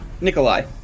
Nikolai